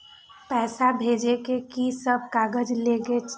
पैसा भेजे में की सब कागज लगे छै?